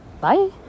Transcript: Bye